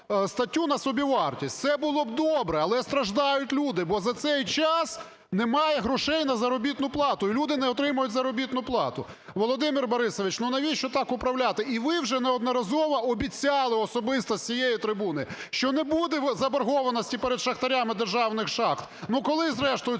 на собівартість. Все було б добре. Але страждають люди. Бо за цей час немає грошей на заробітну плату і люди не отримують заробітну плату. Володимир Борисович, ну навіщо так управляти? І ви вже неодноразово обіцяли особисто з цієї трибуни, що не буде заборгованості перед шахтарями державних шахт. Ну, коли зрештою